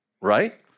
Right